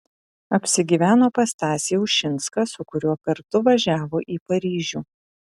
apsigyveno pas stasį ušinską su kuriuo kartu važiavo į paryžių